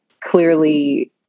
clearly